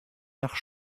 nach